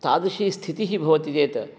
तादृशी स्थितिः भवति चेत्